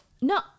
no